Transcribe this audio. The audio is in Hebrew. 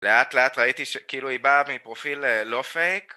לאט לאט ראיתי שכאילו היא באה מפרופיל לא פייק